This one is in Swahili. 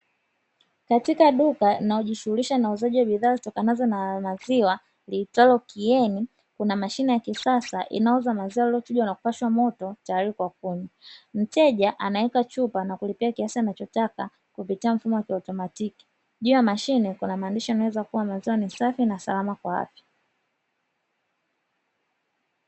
Katika duka linalojishughulisha na uuzaji wa bidhaa zitokanazo na maziwa liitwalo "Kieni", kuna mashine ya kisasa inayouza maziwa yaliyochujwa na kupashwa moto tayari kwa kunywa. Mteja anaweka chupa na kulipia kiasi anachotaka kupitia mfumo wa kiautomatiki, juu ya mashine kuna maandishi yanayoeleza kuwa maziwa ni safi na salama kwa afya.